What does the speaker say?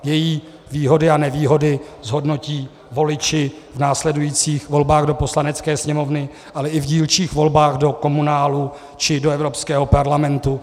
Její výhody a nevýhody zhodnotí voliči v následujících volbách do Poslanecké sněmovny, ale i v dílčích volbách do komunálů či do Evropského parlamentu.